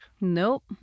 Nope